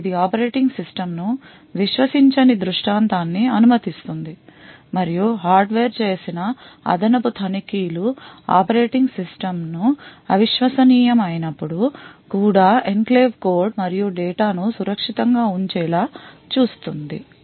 కాబట్టి ఇది ఆపరేటింగ్ సిస్టమ్ను విశ్వసించని దృష్టాంతాన్ని అనుమతిస్తుంది మరియు హార్డ్వేర్ చేసిన అదనపు తనిఖీలు ఆపరేటింగ్ సిస్టమ్ అవిశ్వసనీయమైనప్పుడు కూడా ఎన్క్లేవ్ కోడ్ మరియు డేటా ను సురక్షితం గా ఉంచే లా చూస్తుంది